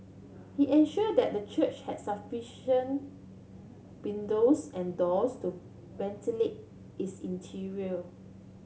he ensure that the church had sufficient windows and doors to ventilate its interior